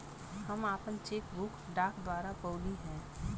हम आपन cheque book डाक द्वारा पउली है